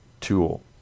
tool